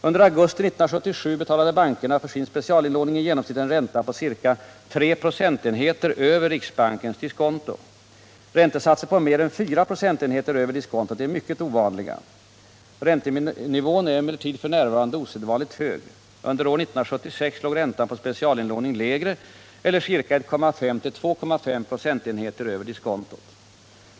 Under augusti 1977 betalade bankerna för sin specialinlåning i genomsnitt en ränta på ca 3 procentenheter över riksbankens diskonto. Räntesatser på mer än 4 procentenheter över diskontot är mycket ovanliga. Räntenivån är emellertid f. n. osedvanligt hög. Under år 1976 låg räntan på specialinlåning lägre, eller ca 1,5-2,5 procentenheter över diskontot.